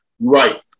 Right